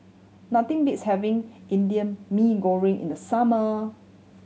nothing beats having Indian Mee Goreng in the summer